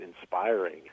inspiring